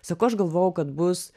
sako aš galvojau kad bus